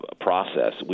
process